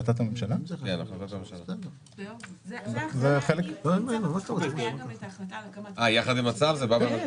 יחד עם הצו האחרון היה גם את ההחלטה על הקמת --- זה בא במקביל.